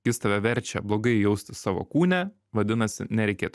jis tave verčia blogai jaustis savo kūne vadinasi nereikėtų